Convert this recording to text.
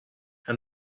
and